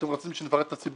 שאתם רוצים שנפרט את הסיבות.